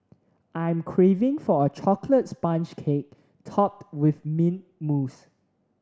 I am craving for a chocolate sponge cake topped with mint mousse